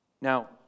Now